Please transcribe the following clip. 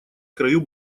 краю